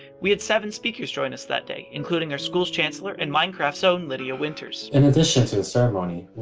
we had seven speakers join us that day, including our school's chancellor and minecraft's own lydia winters. in addition to the ceremony,